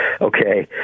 okay